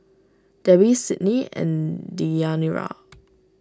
Debbi Sydnee and Deyanira